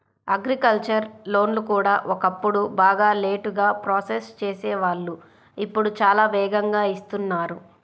agricultural లోన్లు కూడా ఒకప్పుడు బాగా లేటుగా ప్రాసెస్ చేసేవాళ్ళు ఇప్పుడు చాలా వేగంగా ఇస్తున్నారు